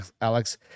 Alex